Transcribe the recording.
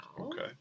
Okay